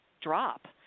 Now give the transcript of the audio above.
drop